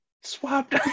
swapped